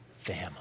family